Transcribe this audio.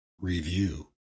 Review